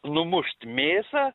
numušt mėsą